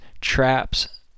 traps